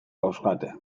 dauzkate